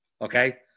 Okay